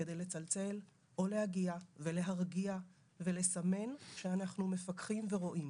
כדי לצלצל או להגיע ולהרגיע ולסמן שאנחנו מפקחים ורואים.